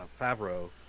Favreau